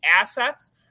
assets